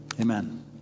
Amen